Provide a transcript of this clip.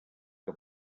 que